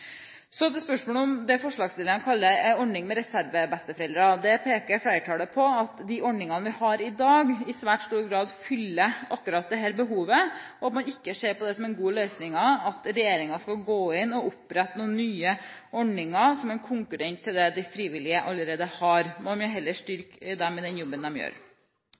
Så til spørsmålet om det forslagsstillerne kaller en ordning med reservebesteforeldre. Der peker flertallet på at de ordningene vi har i dag, i svært stor grad fyller akkurat dette behovet, og at man ikke ser på det som en god løsning at regjeringen skal gå inn og opprette noen nye ordninger, som en konkurrent til det de frivillige allerede har. Man vil heller styrke de frivillige organisasjonene i den jobben de gjør.